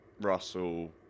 Russell